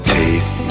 take